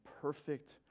perfect